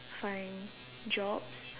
find jobs